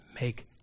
make